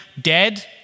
dead